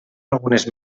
algunes